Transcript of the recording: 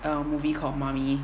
err movie called mummy